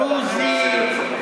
נוצרי,